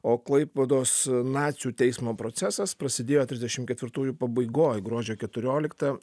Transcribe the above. o klaipėdos nacių teismo procesas prasidėjo trisdešimt ketvirtųjų pabaigoje gruodžio keturioliktą